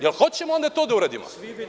Da li hoćemo onda to da uradimo?